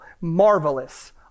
marvelous